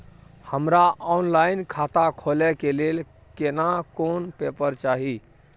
हमरा ऑनलाइन खाता खोले के लेल केना कोन पेपर चाही?